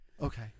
Okay